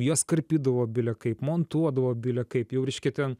jas karpydavo bile kaip montuodavo bile kaip jau riškia ten